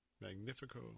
magnifico